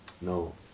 No